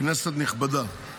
כנסת נכבדה,